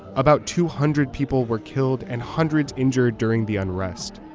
about two hundred people were killed and hundreds injured during the unrest.